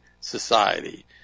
Society